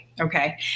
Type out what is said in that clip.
okay